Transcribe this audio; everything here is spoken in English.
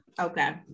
Okay